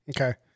okay